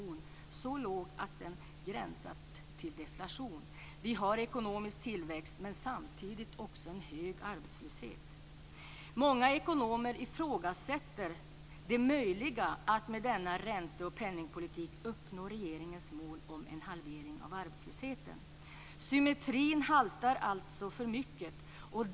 Den har t.o.m. varit så låg att den gränsat till deflation. Vi har ekonomisk tillväxt, men samtidigt också en hög arbetslöshet. Många ekonomer ifrågasätter det möjliga i att med denna ränteoch penningpolitik uppnå regeringens mål om en halvering av arbetslösheten. Symmetrin haltar alltså för mycket.